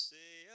Say